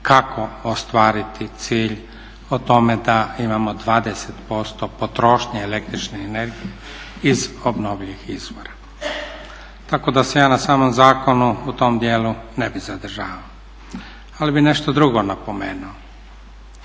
kako ostvariti cilj o tome da imamo 20% potrošnje el.energije iz obnovljivih izvora, tako da se ja na samom zakonu u tom dijelu ne bih zadržavao. Ali bih nešto drugo napomenuo,